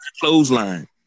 clothesline